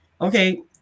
Okay